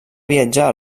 viatjar